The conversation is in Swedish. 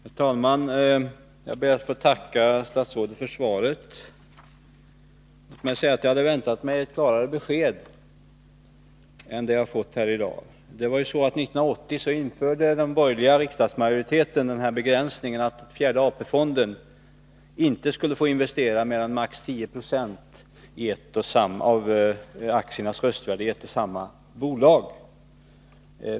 Herr talman! Jag ber att få tacka statsrådet för svaret. Jag vill säga att jag hade väntat mig ett klarare besked än det jag har fått. År 1980 införde ju den borgerliga riksdagsmajoriteten den begränsningen att fjärde AP-fonden inte skulle få investera mer än maximalt 10 20 av aktiernas röstvärde i ett och samma bolag.